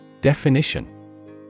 Definition